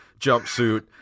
jumpsuit